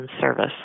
service